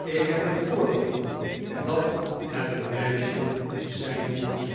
ik heb een voorgevoel dat het een meisje zijn moet